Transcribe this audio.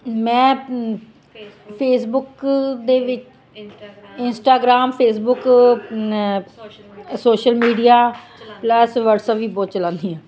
ਮੈਂ ਫੇਸਬੁੱਕ ਦੇ ਵਿੱਚ Instagram Facebook social media plus WhatsApp ਵੀ ਬਹੁਤ ਚਲਾਉਂਦੀ ਹਾਂ